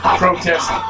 protest